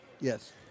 Yes